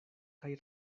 kaj